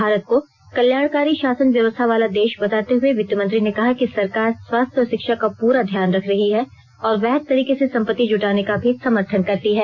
भारत को कल्याणकारी शासन व्यवस्था वाला देश बताते हुए वित्तमंत्री ने कहा कि सरकार स्वास्थ्य और शिक्षा का पूरा ध्यान रख रही है और वैध तरीके से सम्पत्ति जुटाने का भी समर्थन करती है